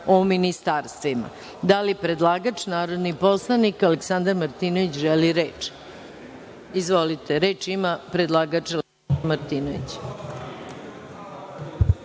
o ministarstvima. Da li predlagač, narodni poslanik dr Aleksandar Martinović, želi reč? Izvolite. Reč ima predlagač Aleksandar Martinović.